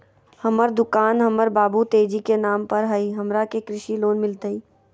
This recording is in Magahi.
हमर दुकान हमर बाबु तेजी के नाम पर हई, हमरा के कृषि लोन मिलतई?